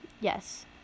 Yes